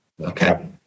Okay